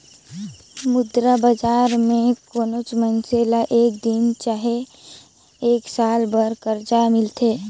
मुद्रा बजार में कोनोच मइनसे ल एक दिन चहे एक साल बर करजा मिलथे